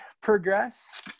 progress